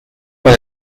con